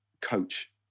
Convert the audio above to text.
coach